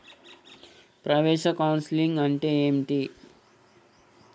ప్రవేశ కౌన్సెలింగ్ అంటే ఏమిటి?